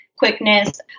Quickness